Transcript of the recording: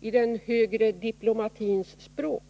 i den högre diplomatins språk.